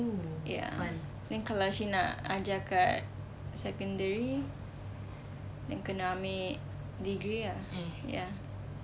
ya then kalau she nak ajar kat secondary then kena ambil degree ah ya